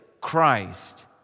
Christ